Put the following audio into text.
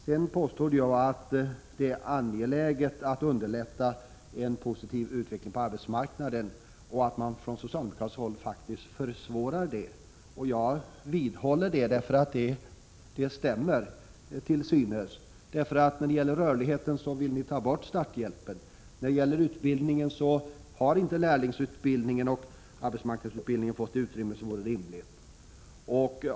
Jag påstod att det är angeläget att underlätta en positiv utveckling på arbetsmarknaden och att man från socialdemokratiskt håll faktiskt försvårar detta. Jag vidhåller det. Det stämmer till synes. Ni vill, när det gäller rörligheten, ta bort starthjälpen. När det gäller utbildningen har arbetsmarknadsutbildningen och lärlingsutbildningen inte fått det utrymme som vore rimligt.